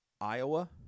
Iowa